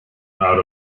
out